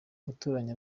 gutoranya